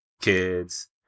kids